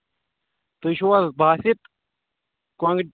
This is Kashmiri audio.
تُہۍ چھِو حظ باسِت کۄنٛگہٕ